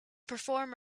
perform